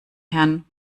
herrn